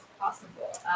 possible